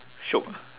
shiok lah